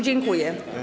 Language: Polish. Dziękuję.